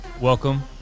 Welcome